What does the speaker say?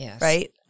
right